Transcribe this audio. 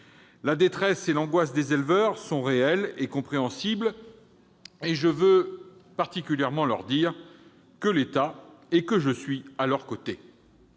La détresse et l'angoisse des éleveurs sont réelles et compréhensibles ; je veux particulièrement leur dire que l'État est à leurs côtés,